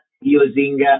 using